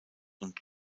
und